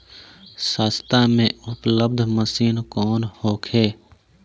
सस्ता में उपलब्ध मशीन कौन होखे?